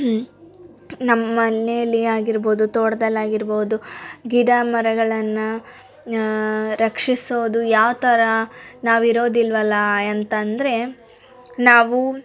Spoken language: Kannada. ನಮ್ಮನೇಲಿ ಆಗಿರ್ಬೋದು ತೋಟ್ದಲ್ಲಿ ಆಗಿರ್ಬೋದು ಗಿಡ ಮರಗಳನ್ನ ರಕ್ಷಿಸೋದು ಯಾವ್ಥರ ನಾವಿರೋದಿಲ್ಲವಲ್ಲಾ ಅಂತಂದರೆ ನಾವು